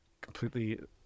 completely